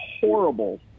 horrible